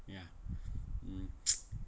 yesh mm